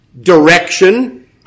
direction